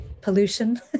pollution